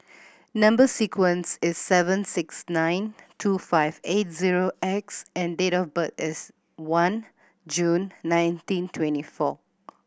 number sequence is S seven six nine two five eight zero X and date of birth is one June nineteen twenty four